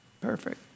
perfect